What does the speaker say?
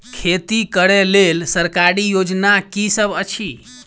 खेती करै लेल सरकारी योजना की सब अछि?